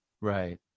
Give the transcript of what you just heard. right